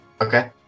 Okay